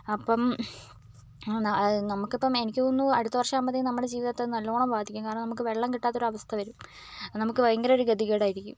അപ്പം ആ നമുക്കിപ്പം എനിക്ക് തോന്നുന്നു അടുത്ത വർഷാവുമ്പോഴ്ത്തേന് നമ്മുടെ ജീവിതത്തെ നല്ലോണം ബാധിക്കും കാരണം നമുക്ക് വെള്ളം കിട്ടാത്തൊരവസ്ഥ വരും അത് നമുക്ക് ഭയങ്കരൊരു ഗതികേടായിരിക്കും